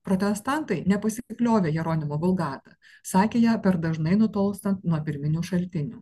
protestantai nepasikliovė jeronimo vulgata sakė ją per dažnai nutolstant nuo pirminių šaltinių